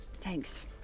Thanks